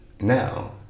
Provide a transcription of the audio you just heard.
now